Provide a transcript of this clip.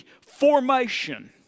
formation